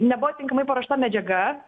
nebuvo tinkamai paruošta medžiaga